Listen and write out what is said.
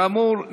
כאמור,